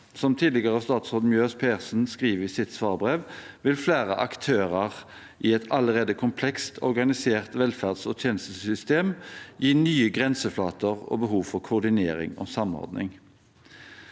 Som tidligere statsråd Mjøs Persen skriver i sitt svarbrev, vil flere aktører i et allerede komplekst organisert velferds- og tjenestesystem gi nye grenseflater og behov for koordinering og samordning.